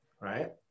right